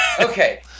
Okay